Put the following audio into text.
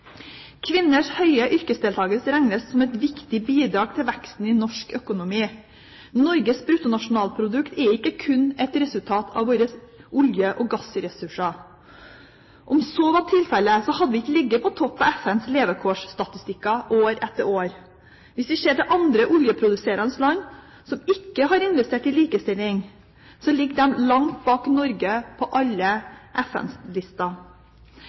Kvinners høye yrkesdeltakelse regnes som et viktig bidrag til veksten i norsk økonomi. Norges bruttonasjonalprodukt er ikke kun et resultat av våre olje- og gassressurser. Om så var tilfellet, hadde vi ikke ligget på topp på FNs levekårsstatistikker år etter år. Hvis vi ser til andre oljeproduserende land, som ikke har investert i likestilling, så ligger de langt bak Norge på alle FNs